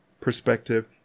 perspective